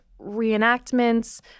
reenactments